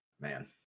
man